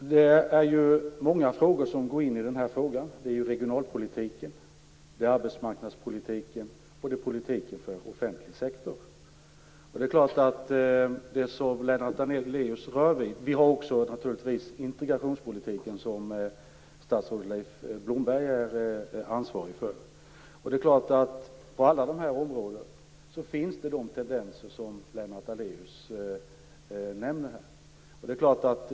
Fru talman! Det är ju många frågor som går in i det här. Det är regionalpolitiken, arbetsmarknadspolitiken och politiken för offentlig sektor. Vi har också naturligtvis integrationspolitiken, som statsrådet Leif Blomberg är ansvarig för. Det är klart att de tendenser som Lennart Daléus här nämner finns på alla dessa områden.